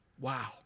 Wow